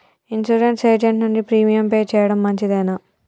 Insurance agent నుండి premium pay చేయడం మంచిదేనా?